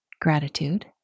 gratitude